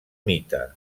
mite